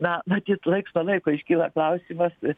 na matyt laisvo laiko iškyla klausimas